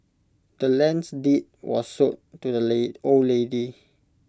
the land's deed was sold to the old lady